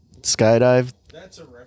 skydive